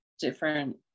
different